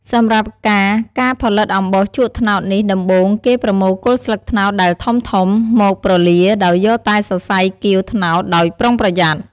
សម្រាប់់ការការផលិតអំបោសជក់ត្នោតនេះ ដំបូង គេប្រមូលគល់ស្លឹកត្នោតដែលធំៗ មកប្រលាដោយយកតែសរសៃគាវត្នោតដោយប្រុងប្រយ័ត្ន។